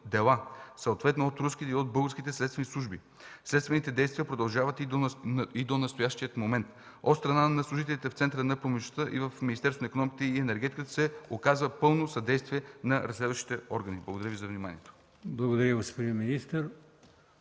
дела съответно от руските и от българските следствени служби. Следствените действия продължават и до настоящия момент. От страна на служителите в Центъра на промишлеността и в Министерството на икономиката и енергетиката се оказва пълно съдействие на разследващите органи. Благодаря Ви за вниманието.